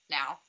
now